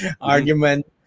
argument